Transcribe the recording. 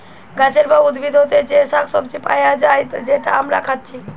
গাছের বা উদ্ভিদ হোতে যে শাক সবজি পায়া যায় যেটা আমরা খাচ্ছি